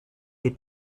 you